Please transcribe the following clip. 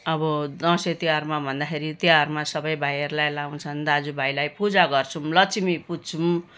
अब दसैँ तिहारमा भन्दाखेरि तिहारमा सबै भाइहरूलाई लगाउँछन् दाजुभाइलाई पूजा गर्छौँ लक्ष्मी पुज्छौँ